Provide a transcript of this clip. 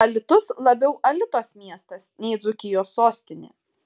alytus labiau alitos miestas nei dzūkijos sostinė